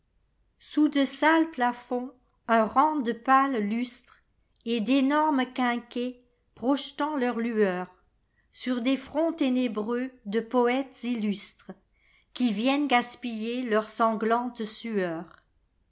sous de sales plafonds un rang de pâles lustreset d'énormes quinqaets projetant leurs lueurssur des fronts ténébreux de poëtcs illustresqui viennent gaspiller leurs sanglantes sueurs